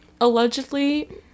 allegedly